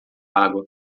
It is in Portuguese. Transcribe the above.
água